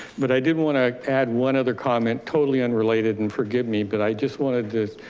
but i did want to add one other comment, totally unrelated and forgive me, but i just wanted to